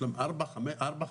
יש להם ארבע שעות,